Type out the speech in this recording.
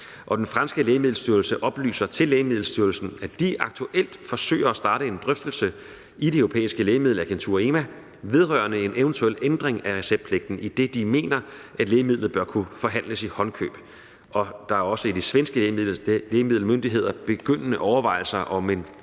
Den franske lægemiddelstyrelse oplyser til Lægemiddelstyrelsen, at de aktuelt forsøger at starte en drøftelse i Det Europæiske Lægemiddelagentur, EMA, vedrørende en eventuel ændring af receptpligten, idet de mener, at lægemidlet bør kunne forhandles i håndkøb. Der er også hos de svenske lægemiddelmyndigheder begyndende overvejelser om en